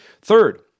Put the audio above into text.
Third